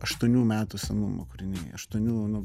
aštuonių metų senumo kūriniai aštuonių nu